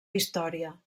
història